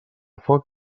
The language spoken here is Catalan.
foc